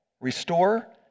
restore